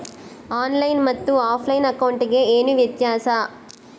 On line ಮತ್ತೆ offline ಅಕೌಂಟಿಗೆ ಏನು ವ್ಯತ್ಯಾಸ?